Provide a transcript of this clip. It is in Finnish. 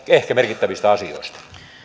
ehkä merkittävistä asioista